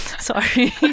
Sorry